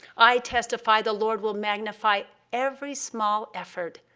i testify the lord will magnify every small effort.